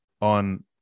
on